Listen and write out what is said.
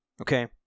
Okay